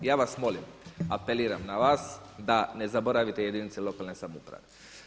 Ja vas molim, apeliram na vas, da ne zaboravite jedinice lokalne samouprave.